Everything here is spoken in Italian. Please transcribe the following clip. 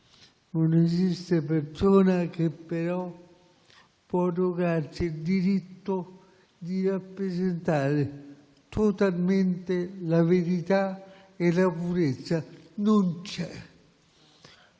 non esiste persona che possa arrogarsi il diritto di rappresentare totalmente la verità e la purezza. Questa